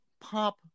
pop